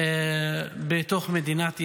בתוך מדינת ישראל.